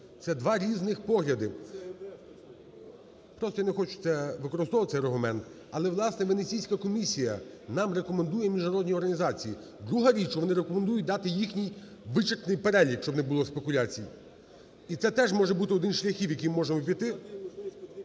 Це два різних погляди. Просто я не хочу використовувати цей аргумент, але, власне, Венеційська комісія нам рекомендує міжнародні організації. Друга річ, що вони рекомендують дати їхній вичерпний перелік, щоб не було спекуляцій. І це теж може бути один із шляхів, яким можемо піти,